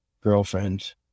girlfriend